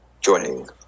joining